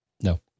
No